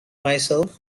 myself